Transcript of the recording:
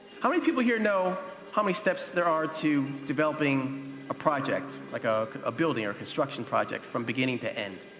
how many people here know how many steps there are to developing a project, like ah a building or a construction project from beginning to end?